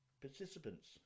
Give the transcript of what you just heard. participants